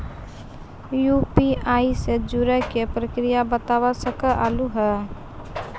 UPI से जुड़े के प्रक्रिया बता सके आलू है?